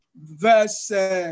verse